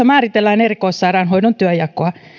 määritellään erikoissairaanhoidon työnjakoa